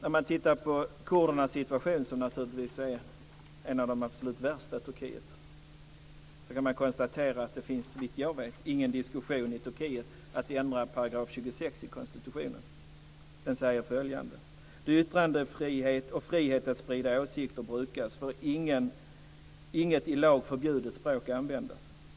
Situationen för kurderna är naturligtvis en av de absolut värsta i Turkiet, och det finns såvitt jag vet ingen diskussion i Turkiet om att ändra § 26 i konstitutionen, som säger följande: Då yttrandefrihet och frihet att sprida åsikter brukas får inget i lag förbjudet språk användas.